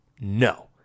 No